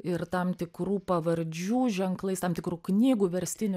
ir tam tikrų pavardžių ženklais tam tikrų knygų verstinių